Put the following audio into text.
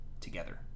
together